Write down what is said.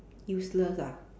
useless ah